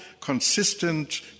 consistent